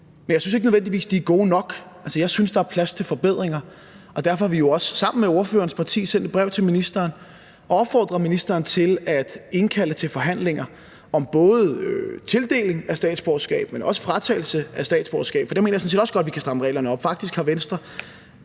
Men jeg synes ikke nødvendigvis, de er gode nok. Jeg synes, der er plads til forbedringer. Derfor har vi jo også sammen med ordførerens parti sendt et brev til ministeren og opfordret ministeren til at indkalde til forhandlinger om både tildeling af statsborgerskab, men også fratagelse af statsborgerskab, for der mener jeg sådan set også godt vi kan stramme reglerne op. Faktisk har Venstre